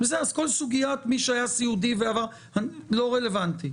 אז כל סוגיית מי שהיה סיעודי ועבר לא רלוונטי.